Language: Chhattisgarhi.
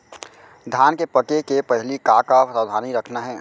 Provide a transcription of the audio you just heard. धान के पके के पहिली का का सावधानी रखना हे?